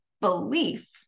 belief